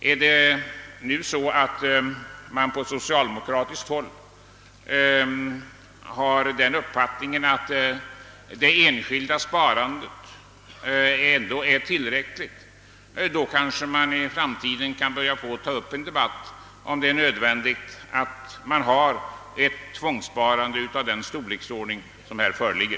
Om man nu på socialdemokratiskt håll har den uppfattningen att det enskilda sparandet ändå är tillräckligt, kanske man i framtiden kan börja ta upp en debatt om huruvida det är nödvändigt att ha ett tvångssparande av den storleksordning som här föreligger.